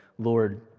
Lord